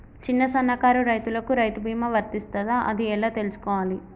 చిన్న సన్నకారు రైతులకు రైతు బీమా వర్తిస్తదా అది ఎలా తెలుసుకోవాలి?